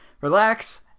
relax